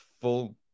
full